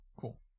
Cool